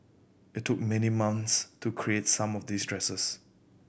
it took many months to create some of these dresses